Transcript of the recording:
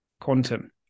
Quantum